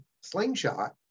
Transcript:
slingshot